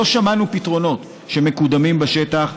לא שמענו שמקודמים בשטח,